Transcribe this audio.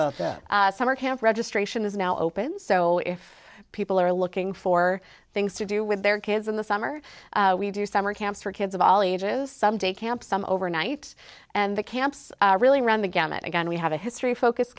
the summer camp registration is now open so if people are looking for things to do with their kids in the summer we do summer camps for kids of all ages some day camps some overnights and the camps really run the gamut again we have a history focus